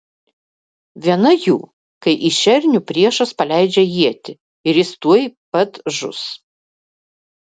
viena jų kai į šernių priešas paleidžia ietį ir jis tuoj pat žus